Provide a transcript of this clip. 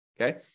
Okay